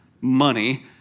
money